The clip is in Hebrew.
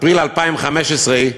אפריל 2015,